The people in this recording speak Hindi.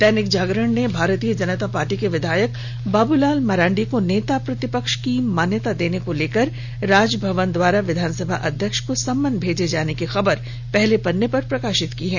दैनिक जागरण ने भारतीय जनता पार्टी के विधायक बाबूलाल मरांडी को नेता प्रतिपक्ष की मान्यता देने को लेकर राजभवन द्वारा विधानसभा अध्यक्ष को सम्मन भेजे जाने की खबर पहले पन्ने पर प्रकाशित की है